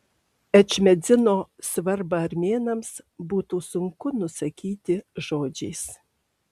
ečmiadzino svarbą armėnams būtų sunku nusakyti žodžiais